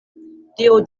dio